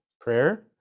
prayer